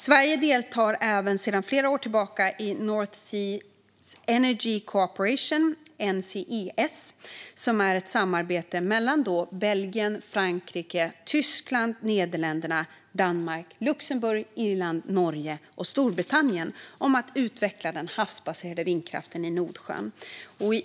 Sverige deltar även sedan flera år tillbaka i North Seas Energy Cooperation, NSEC, som är ett samarbete mellan Belgien, Frankrike, Tyskland, Nederländerna, Danmark, Luxemburg, Irland, Norge och Storbritannien om att utveckla den havsbaserade vindkraften i Nordsjön.